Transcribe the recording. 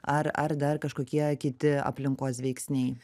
ar ar dar kažkokie kiti aplinkos veiksniai